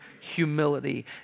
humility